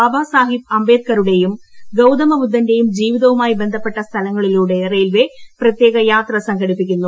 ബാബാസാഹേബ് അംബേദ്കറുടെയും ഗൌതമബുദ്ധന്റെയും ജീവിതവുമായി ബന്ധപ്പെട്ട സ്ഥലങ്ങളിലൂടെ റെയിൽവേ പ്രത്യേക യാത്ര സംഘടിപ്പിക്കുന്നു